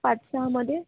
पाच सहामध्ये